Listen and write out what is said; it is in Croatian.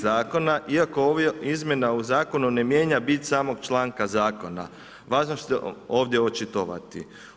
Zakona iako ova izmjena u zakonu ne mijenja bit samog članka Zakona“ važno se ovdje očitovati.